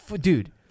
Dude